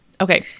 okay